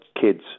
kids